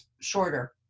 shorter